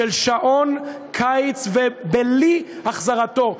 של שעון קיץ בלי החזרתו,